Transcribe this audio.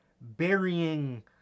burying